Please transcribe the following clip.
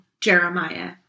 Jeremiah